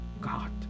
God